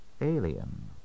alien